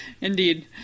Indeed